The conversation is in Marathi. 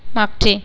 मागचे